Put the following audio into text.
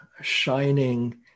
shining